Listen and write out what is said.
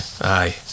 aye